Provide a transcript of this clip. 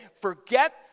forget